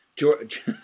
George